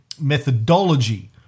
methodology